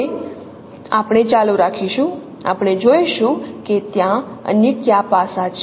હવે આપણે ચાલુ રાખીશું આપણે જોઈશું કે ત્યાં અન્ય કયા પાસાં છે